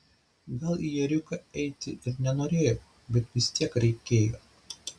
gal į ėriuką eiti ir nenorėjau bet vis tiek reikėjo